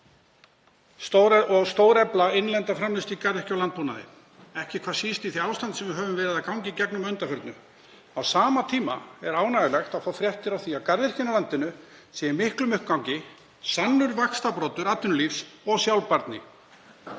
að stórefla innlenda framleiðslu í garðyrkju og landbúnaði, ekki hvað síst í því ástandi sem við höfum verið að ganga í gegnum að undanförnu. Á sama tíma er ánægjulegt að fá fréttir af því að garðyrkja í landinu sé í miklum uppgangi, sannur vaxtarbroddur atvinnulífs og sjálfbærni.